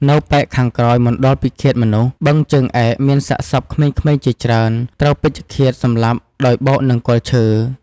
នៅប៉ែកខាងក្រោយមណ្ឌលពិឃាតមនុស្ស បឹងជើងឯក មានសាកសពក្មេងៗជាច្រើន ត្រូវពេជ្ឈឃាតសម្លាប់ដោយបោកនឹងគល់ឈើ